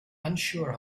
unsure